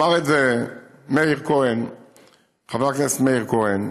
אמר את זה חבר הכנסת מאיר כהן,